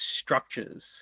structures